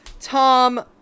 Tom